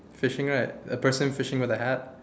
fishing right a person fishing with the hat